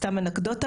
סתם אנקדוטה,